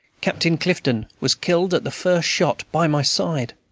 captain clifton was killed at the first shot by my side.